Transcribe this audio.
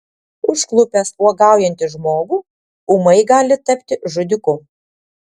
užklupęs uogaujantį žmogų ūmai gali tapti žudiku